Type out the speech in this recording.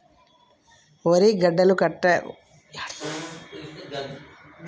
వరి గడ్డి కట్టలు కట్టడానికి ఏ యంత్రాన్ని వాడాలే?